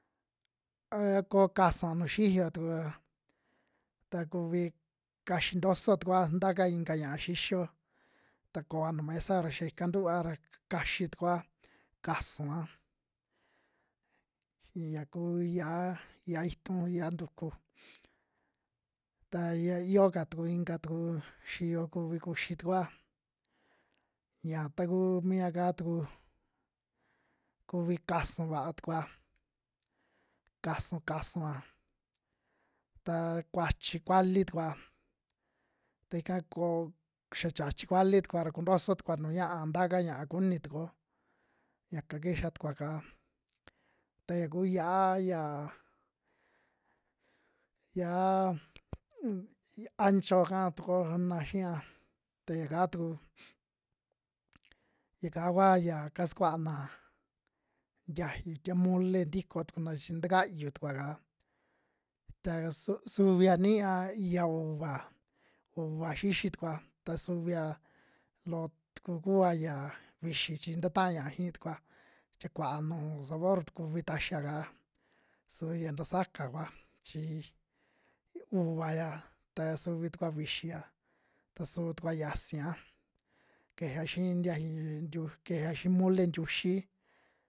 A koo kasua nuju xiyo tuku ra ta kuvi kaxi ntoso tukuoa nta ka inka ña'a xixiyo, ta koa nuu mesao xia ika ntua ra kaxi tukuoa, kasua ya kuu yia'a, yia'a itu yia'a ntuku ta ya yoo ka tuku, inka tuku xiyo kuvi kuxi tukuoa ya ta kuu mia'ka tuku, kuvi kasun vaa tukua kasu. kasua ta kuachi kuli tukua ta ika koo xia chiachi vali tukua ra kuntoso tukua nuu ña'a, ntaka ña'a kuni tukuo yaka kixa tukua kaa. Ta ya kuu yia'a yaa yia'a uk ancho kaa toko na xia ta yaka tuku yaka kua ya kasukuana ntiayu tie mole ntiko tukuna chi ntakayu tukua'ka ta su- suvia niya ya uuva, uuva xixi tukua ta suvia loo tuku kua yia vixi chi nta ta'a ña'a xii tukua cha kuaa nuju sabor tu kuvi taxia'ka su ya tasaka kua chi uuvaya, ta suvi tukua vixia, ta suu tukua xiasia kejea xii ntiayu xi ntiu kejea xii mole ntiuxi.